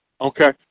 okay